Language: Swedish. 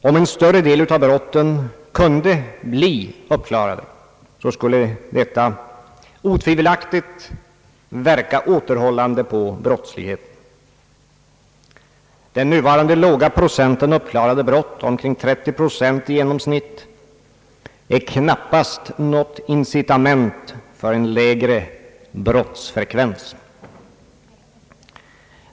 Om en större del av brotten kunde klaras upp, skulle detta otvivelaktigt verka återhållande på brottsligheten. Den nuvarande låga procenten uppklarade brott — omkring 30 procent i genomsnitt — är knappast något incitament för en lägre brottsfrekvens.